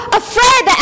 afraid